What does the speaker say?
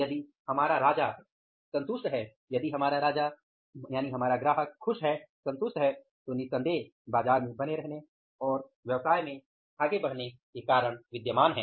यदि हमारा राजा संतुष्ट है यदि वे संतुष्ट हैं यदि हमारा मालिक संतुष्ट है तो निस्संदेह बाज़ार में बने रहने और व्यवसाय में आगे बढ़ने का कारण विद्यमान है